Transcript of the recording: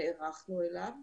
נערכנו אליו.